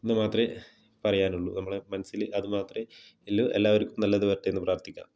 എന്ന് മാത്രമെ പറയാനുള്ളു നമ്മളെ മനസ്സിൽ അതുമാത്രമേ ഉള്ളു എല്ലാവർക്കും നല്ലത് വരട്ടെയെന്ന് പ്രാർത്ഥിക്കാം